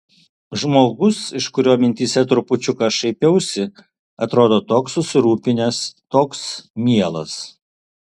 žmogus iš kurio mintyse trupučiuką šaipiausi atrodo toks susirūpinęs toks mielas